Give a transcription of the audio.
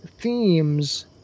themes